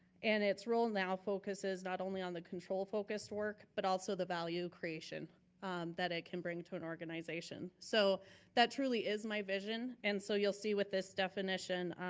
and its role now focuses not only on the control focus work, but also the value creation that it can bring to an organization. so that truly is my vision. and so you'll see what this definition.